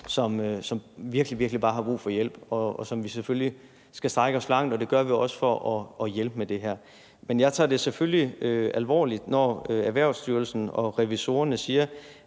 som virkelig bare har brug for hjælp, og som vi selvfølgelig skal strække os langt – og det gør vi også – for at hjælpe med det her. Men jeg tager det selvfølgelig alvorligt, når Erhvervsstyrelsen og revisorerne siger,